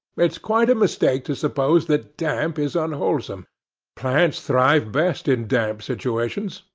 it's quite a mistake to suppose that damp is unwholesome plants thrive best in damp situations,